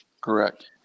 Correct